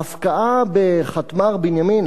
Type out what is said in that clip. ההפקעה בחטמ"ר בנימין,